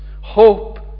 hope